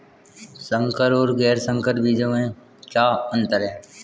संकर और गैर संकर बीजों में क्या अंतर है?